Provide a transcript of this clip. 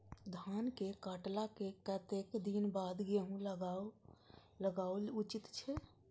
धान के काटला के कतेक दिन बाद गैहूं लागाओल उचित छे?